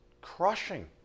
crushing